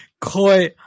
Koi